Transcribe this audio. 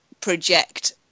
project